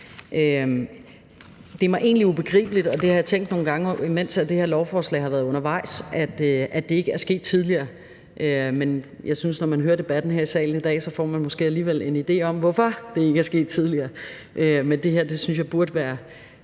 Det er mig egentlig ubegribeligt, og det har jeg tænkt på nogle gange, mens det her lovforslag har været undervejs, at det ikke er sket tidligere. Men jeg synes, at når man hører debatten her i salen i dag, får man måske alligevel en idé om, hvorfor det ikke er sket tidligere. Men det her synes jeg burde være